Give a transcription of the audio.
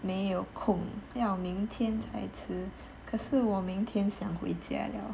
没有空要明天才吃可是我明天想回家了